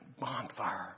bonfire